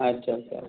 अच्छा अच्छा अच्छा